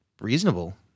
reasonable